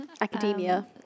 academia